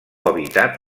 habitat